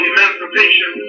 Emancipation